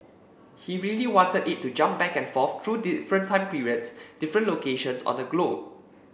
he really wanted it to jump back and forth through different time periods different locations on the globe